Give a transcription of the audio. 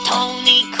Tony